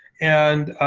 and